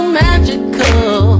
magical